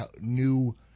new